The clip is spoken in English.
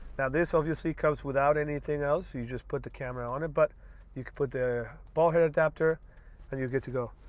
now this obviously comes without anything you just put the camera on it but you can put the ball head adapter and you good to go.